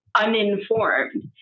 uninformed